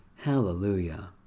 Hallelujah